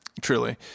Truly